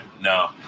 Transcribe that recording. no